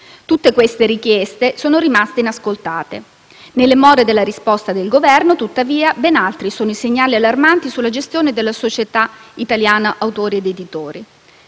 Tutte queste richieste sono rimaste inascoltate. Nelle more della risposta del Governo, tuttavia, ben altri sono i segnali allarmanti sulla gestione della Società italiana autori ed editori.